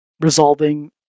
resolving